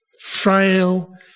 frail